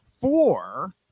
four